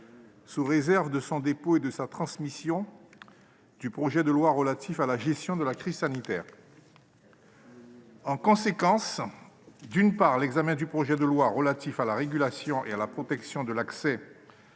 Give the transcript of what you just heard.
sous réserve de son dépôt et de sa transmission, du projet de loi relatif à la gestion de la crise sanitaire. En conséquence, - d'une part, l'examen du projet de loi relatif à la régulation et à la protection de l'accès